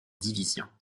division